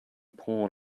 poured